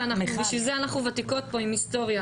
בשביל זה אנחנו ותיקות פה עם היסטוריה,